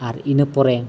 ᱟᱨ ᱤᱱᱟᱹ ᱯᱚᱨᱮ